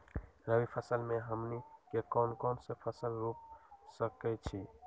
रबी फसल में हमनी के कौन कौन से फसल रूप सकैछि?